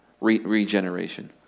regeneration